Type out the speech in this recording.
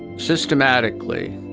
systematically,